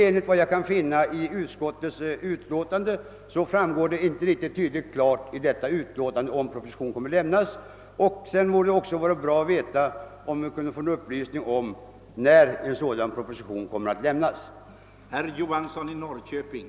Enligt vad jag kan finna framgår det icke riktigt tydligt av utlåtandet, huruvida en proposition i ärendet kan för "väntas. Det skulle också vara intressant att få veta när propositionen i så fall kommer att avlämnas.